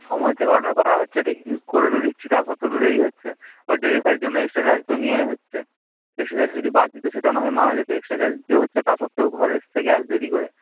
সময় থেকে অর্ডার করা হচ্ছে ঠিকই করে তো দিচ্ছি তা সত্ত্বেও তো দেরি হচ্ছে ও ডেলিভারির জন্য এক্সট্রা চার্জ তো নেওয়াই হচ্ছে এক্সট্রা চার্জ যদি বাদ দিত সেটা না হয় মানা যেত এক্সট্রা চার্জ দিতে হচ্ছে তা সত্ত্বেও ঘর আসছে গ্যাস দেরি করে